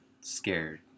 scared